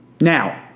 Now